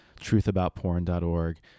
truthaboutporn.org